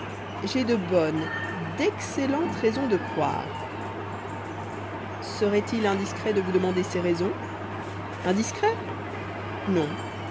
j'ai de bonnes d'excellentes raisons de croire serait-il indiscret de vous demander ces raisons indiscret non